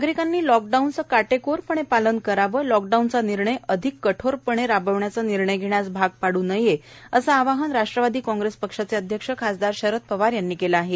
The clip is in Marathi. नागरिकांनी लॉकडाऊनचं काटेकोरपणे पालन करावं लॉकडाऊनचा निर्णय अधिक कठोरपणे राबवण्याचा निर्णय घेण्यास भाग पाडू नये असं आवाहन राष्ट्रवादी काँग्रेस पक्षाचे अध्यक्ष खासदार शरद पवार यांनी केलं आहे